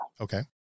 Okay